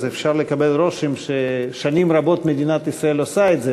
אז אפשר לקבל רושם ששנים רבות מדינת ישראל עושה את זה,